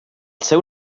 seu